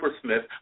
Smith